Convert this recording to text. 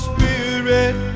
Spirit